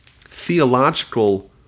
theological